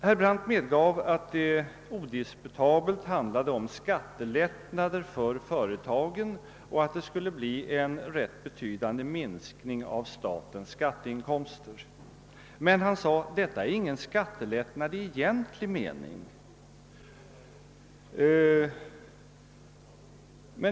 Herr Brandt medgav att det odiskutabelt handlade om skattelättnader för företagen och att det skulle bli en ganska betydande minskning av statens skatteinkomster. Men han sade: Detta är ingen skattelättnad i egentlig mening.